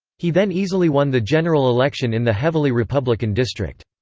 he then easily won the general election in the heavily republican district.